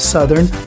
Southern